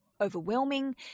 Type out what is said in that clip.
overwhelming